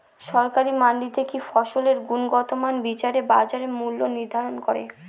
সরকারি মান্ডিতে কি ফসলের গুনগতমান বিচারে বাজার মূল্য নির্ধারণ করেন?